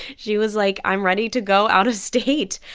she was like, i'm ready to go out-of-state.